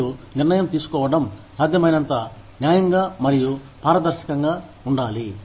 మరియు నిర్ణయం తీసుకోవడం సాధ్యమైనంత న్యాయంగా మరియు పారదర్శకంగా ఉండాలి